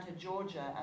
Georgia